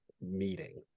meeting